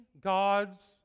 God's